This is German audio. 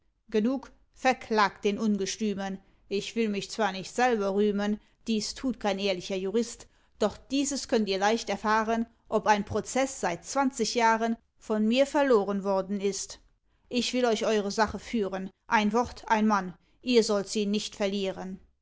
genug verklagt den ungestümen ich will mich zwar nicht selber rühmen dies tut kein ehrlicher jurist doch dieses könnt ihr leicht erfahren ob ein prozeß seit zwanzig jahren von mir verloren worden ist ich will euch eure sache führen ein wort ein mann ihr sollt sie nicht verlieren